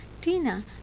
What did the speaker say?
Tina